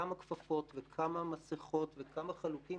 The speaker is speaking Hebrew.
כמה כפפות וכמה מסכות וכמה חלוקים.